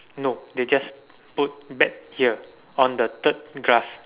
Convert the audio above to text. no they just put back here on the third glass